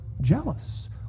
jealous